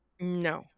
No